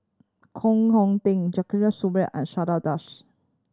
Koh Hoon Teck and Chandra Das